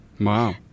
Wow